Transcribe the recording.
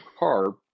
carb